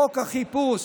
חוק החיפוש